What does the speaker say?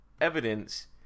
evidence